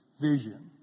vision